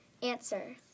Answer